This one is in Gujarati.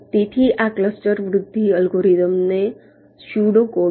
તેથી આ ક્લસ્ટર વૃદ્ધિ અલ્ગોરિધમનો સ્યુડો કોડ છે